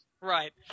Right